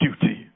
duty